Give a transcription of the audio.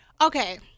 Okay